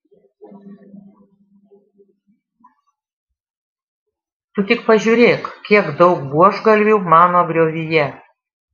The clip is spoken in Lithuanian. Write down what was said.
tu tik pažiūrėk kiek daug buožgalvių mano griovyje